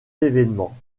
évènement